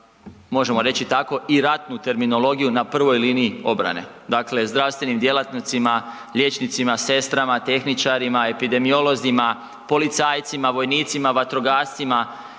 možemo reći tako i ratnu terminologiju na prvoj liniji obrane, dakle zdravstvenim djelatnicima, liječnicima, sestrama, tehničarima, epidemiolozima, policajcima, vojnicima, vatrogascima,